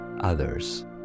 others